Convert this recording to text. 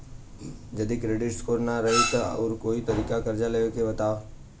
जदि credit score ना रही त आऊर कोई तरीका कर्जा लेवे के बताव?